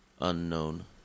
unknown